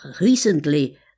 recently